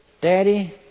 Daddy